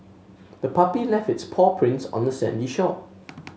the puppy left its paw prints on the sandy shore